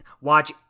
watch